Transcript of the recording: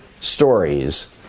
stories